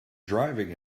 driving